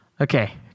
Okay